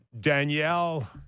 Danielle